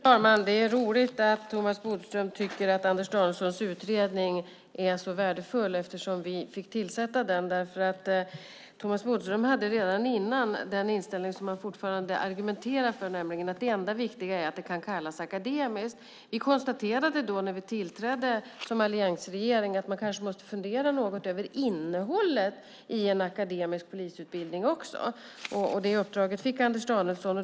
Fru talman! Det är roligt att Thomas Bodström tycker att Anders Danielssons utredning är så värdefull. Den fick ju vi tillsätta eftersom Thomas Bodström redan innan hade den inställning som han fortfarande argumenterar för, nämligen att det enda viktiga är att utbildningen kan kallas akademisk. Vi konstaterade när vi tillträdde som alliansregering att man kanske också måste fundera något över innehållet i en akademisk polisutbildning. Det uppdraget fick Anders Danielsson.